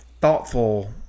thoughtful